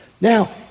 Now